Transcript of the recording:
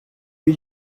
eut